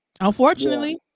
unfortunately